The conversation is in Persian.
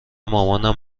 مامانم